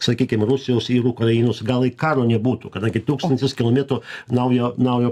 sakykim rusijos ir ukrainos gal i karo nebūtų kadangi tūkstantis kilometrų naujo naujo